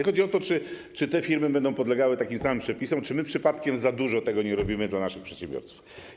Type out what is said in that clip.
Chodzi o to, czy te firmy będą podlegały takim samym przepisom, czy my przypadkiem za dużo tego nie robimy, jeśli chodzi o naszych przedsiębiorców.